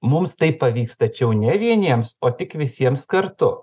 mums tai pavyks tačiau ne vieniems o tik visiems kartu